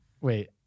Wait